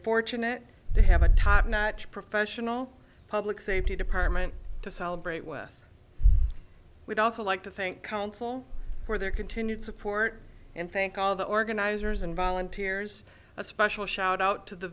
fortunate to have a top notch professional public safety department to celebrate with we'd also like to think council for their continued support and thank all the organizers and volunteers a special shout out to the